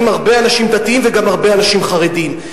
הרבה אנשים דתיים וגם הרבה אנשים חרדים.